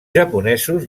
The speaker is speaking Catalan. japonesos